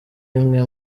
imwe